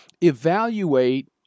Evaluate